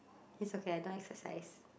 is okay I don't like exercise